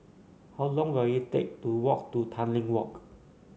how long will it take to walk to Tanglin Walk